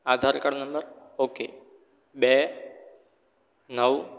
આધાર card number okay બે નવ